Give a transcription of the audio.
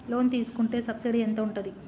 Loan తీసుకుంటే subsidy ఎంత ఉంటది?